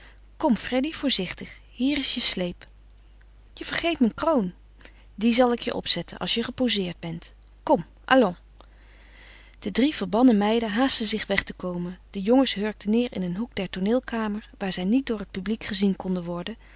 kom freddy voorzichtig hier is je sleep je vergeet mijn kroon die zal ik je opzetten als je gepozeerd bent kom allons de drie verbannen meiden haastten zich weg te komen de jongens hurkten neêr in een hoek der tooneelkamer waar zij niet door het publiek gezien konden worden